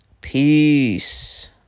Peace